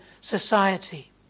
society